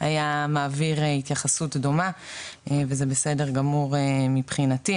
היה מעביר התייחסות דומה וזה בסדר גמור מבחינתי,